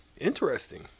Interesting